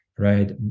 right